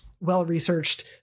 well-researched